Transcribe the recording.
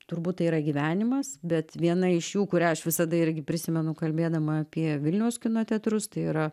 turbūt tai yra gyvenimas bet viena iš jų kurią aš visada irgi prisimenu kalbėdama apie vilniaus kino teatrus tai yra